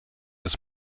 des